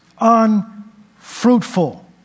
unfruitful